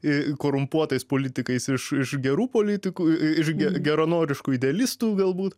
korumpuotais politikais iš iš gerų politikų iš geranoriškų idealistų galbūt